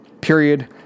period